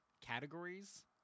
categories